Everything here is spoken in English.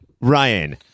Ryan